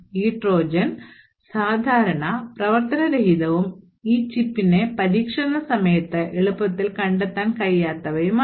ഈ ട്രോജൻ സാധാരണ പ്രവർത്തനരഹിതവും ഈ ചിപ്പിന്റെ പരീക്ഷണ സമയത്ത് എളുപ്പത്തിൽ കണ്ടെത്താൻ കഴിയാത്തവയാണ്